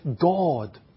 God